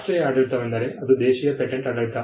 ರಾಷ್ಟ್ರೀಯ ಆಡಳಿತವೆಂದರೆ ಅದು ದೇಶೀಯ ಪೇಟೆಂಟ್ ಆಡಳಿತ